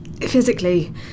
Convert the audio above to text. Physically